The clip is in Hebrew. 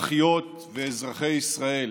אזרחיות ואזרחי ישראל.